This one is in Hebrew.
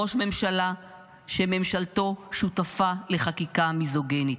ראש ממשלה שממשלתו שותפה לחקיקה מיזוגנית.